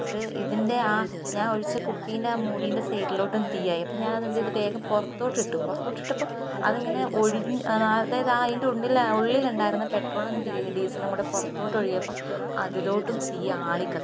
എന്നിട്ട് ഇതിൻ്റെ ആ ഞാൻ ഒഴിച്ച കുപ്പീൻ്റെ മൂടീൻ്റെ സൈഡിലോട്ടും തീ ആയി അപ്പം ഞാൻ എന്തെയ്തു വേഗം പുറത്തോട്ട് ഇട്ടു പുറത്തോട്ട് ഇട്ടപ്പം അതിങ്ങനെ ഒഴുകി അതായത് അതിൻ്റെ ഉള്ളില് ഉള്ളിലുണ്ടായിരുന്ന പെട്രോളും ഡീസലും കൂടി പുറത്തോട്ട് ഒഴുകിയപ്പോ അതിലൊട്ടും തീ ആളിക്കത്തി